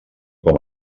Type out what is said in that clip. com